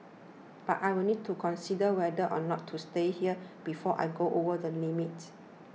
but I will need to consider whether or not to stay here before I go over the limit